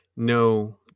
No